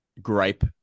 gripe